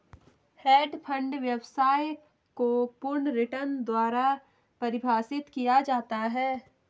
hedge fund व्यवसाय को पूर्ण रिटर्न द्वारा परिभाषित किया जाता है